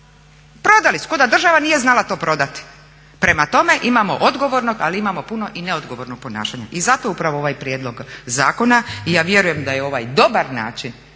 Prodali su, kao da država nije znala to prodati. Prema tome, imamo odgovornog ali imamo puno i neodgovornog ponašanja i zato upravo ovaj prijedlog zakona. I ja vjerujem da je ovaj dobar način